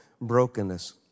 brokenness